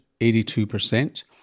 82%